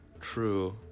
true